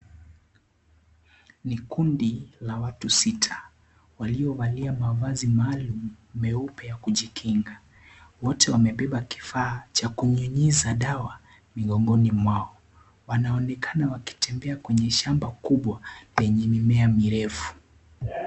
Ni kundi la watu sita, waliovalia mavazi maalum, meupe ya kujikinga. Wote wamebeba kifaa cha kunyunyiza dawa, migongoni mwao. Wanaonekana wakitembea kwenye shamba kubwa penye mimea mirefu.